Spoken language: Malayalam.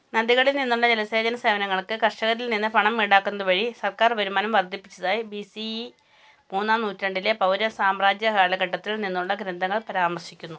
നദികളിൽ നിന്നുള്ള ജലസേചന സേവനങ്ങൾക്ക് കർഷകരിൽ നിന്ന് പണം ഈടാക്കുന്നത് വഴി സര്ക്കാര് വരുമാനം വർദ്ധിപ്പിച്ചതായി ബി സി ഇ മൂന്നാം നൂറ്റാണ്ടിലെ പൗര സാമ്രാജ്യ കാലഘട്ടത്തിൽ നിന്നുള്ള ഗ്രന്ഥങ്ങൾ പരാമർശിക്കുന്നു